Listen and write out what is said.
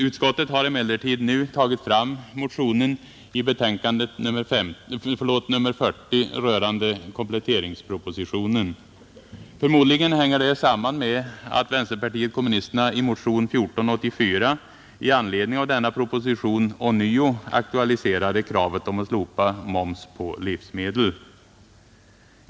Utskottet har emellertid nu tagit fram motionen i betänkandet nr 40 rörande kompletteringspropositionen. Förmodligen hänger detta samman med att vänsterpartiet kommunisterna i motion nr 1484 i anledning av denna proposition ånyo aktualiserade kravet om att slopa momsen på livsmedel.